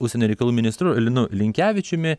užsienio reikalų ministru linu linkevičiumi